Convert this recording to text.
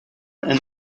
and